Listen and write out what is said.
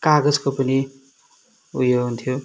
कागजको पनि ऊ यो हुन्थ्यो